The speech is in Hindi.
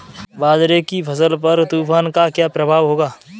बाजरे की फसल पर तूफान का क्या प्रभाव होगा?